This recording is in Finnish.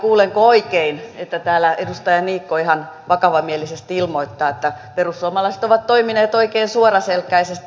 kuulenko oikein että täällä edustaja niikko ihan vakavamielisesti ilmoittaa että perussuomalaiset ovat toimineet oikein suoraselkäisesti